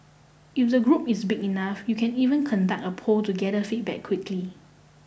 if the group is big enough you can even conduct a poll to gather feedback quickly